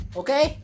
okay